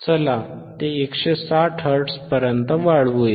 चला ते 160 Hz पर्यंत वाढवूया